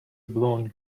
blonde